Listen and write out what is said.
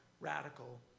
radical